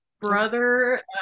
brother